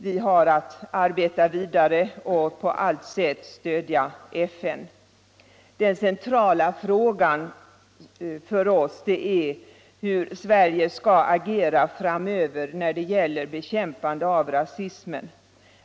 Vi har att arbeta vidare och på allt sätt stödja FN. Den centrala frågan för oss är hur Sverige skall agera framöver när det gäller bekämpande av rasismen.